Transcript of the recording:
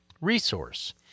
resource